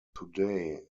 today